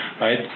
right